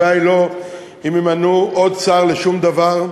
הבעיה היא לא אם ימנו עוד שר לשום דבר,